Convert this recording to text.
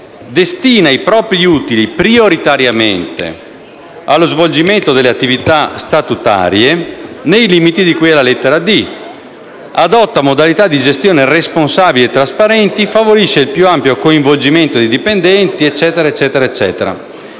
destina i propri utili prioritariamente allo svolgimento delle attività statutarie nei limiti di cui alla lettera *d)*, adotta modalità di gestione responsabili e trasparenti, favorisce il più ampio coinvolgimento dei dipendenti (...) e quindi rientra